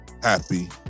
happy